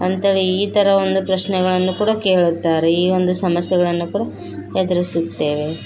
ಅಂತ್ಹೇಳಿ ಈ ಥರ ಒಂದು ಪ್ರಶ್ನೆಗಳನ್ನು ಕೂಡ ಕೇಳ್ತಾರೆ ಈ ಒಂದು ಸಮಸ್ಯೆಗಳನ್ನು ಕೂಡ ಎದುರಿಸುತ್ತೇವೆ